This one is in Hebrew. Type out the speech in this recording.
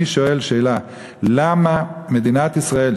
אני שואל שאלה: למה מדינת ישראל,